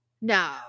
no